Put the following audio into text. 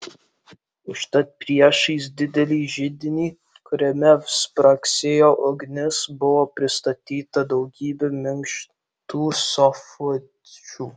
užtat priešais didelį židinį kuriame spragsėjo ugnis buvo pristatyta daugybė minkštų sofučių